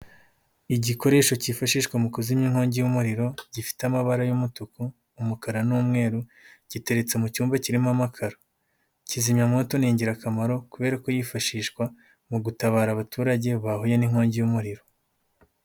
Igikoresho cyifashishwa mu kuzimya inkongi y'umuriro, gifite amabara y'umutuku, umukara n'umweru, giteretse mu cyumba kirimo amakaro. Kizimyamwoto ni ingirakamaro kubera ko yifashishwa mu gutabara abaturage bahuye n'inkongi y'umuriro.